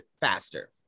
faster